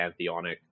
pantheonic